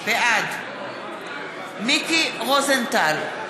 בעד מיקי רוזנטל,